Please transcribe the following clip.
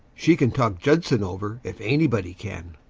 she can talk judson over if anybody can.